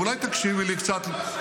אבל לא הייתי חברת כנסת בהסכמי אברהם.